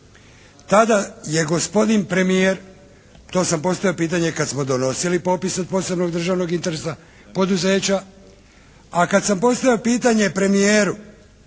Tada je gospodin premijer, to sam postavio pitanje kad smo donosili popis od posebnog državnog interesa poduzeća, a kad sam postavio pitanje premijeru